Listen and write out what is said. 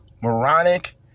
moronic